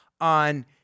on